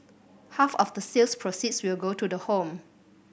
half of the sales proceeds will go to the home